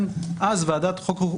אז ועדת החוקה,